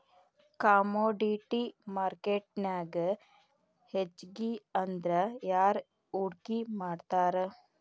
Commodity ಮಾರ್ಕೆಟ್ನ್ಯಾಗ್ ಹೆಚ್ಗಿಅಂದ್ರ ಯಾರ್ ಹೂಡ್ಕಿ ಮಾಡ್ತಾರ?